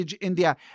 India